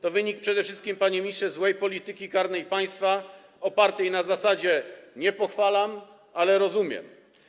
To wynik przede wszystkim, panie ministrze, złej polityki karnej państwa opartej na zasadzie: nie pochwalam, ale rozumiem.